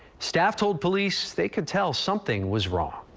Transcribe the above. staff told police they could tell something was wrong.